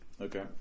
Okay